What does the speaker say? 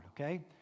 okay